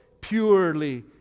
purely